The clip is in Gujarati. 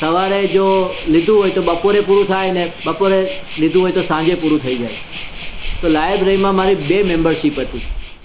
સવારે જો લીધું હોય તો બપોરે પૂરું થાય ને બપોરે લીધું હોય તો સાંજે પૂરું થઈ જાય તો લાઈબ્રેરીમાં મારી બે મેમ્બરશીપ હતી